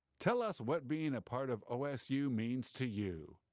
tell us what being a part of osu means to you.